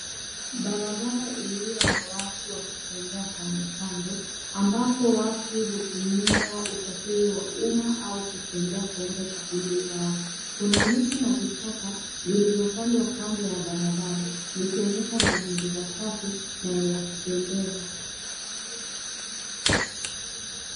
Barabara iliyo na watu wakitembea kando kando ambapo watu hutumia usafiri wa umma au kutembea kwenda shughuli zao. Kuna miti na vichaka vilivyopandwa kando ya barabara vikionyesha mazingira safi na ya kupendeza.